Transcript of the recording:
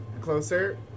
closer